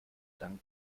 dank